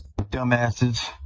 Dumbasses